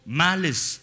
malice